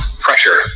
pressure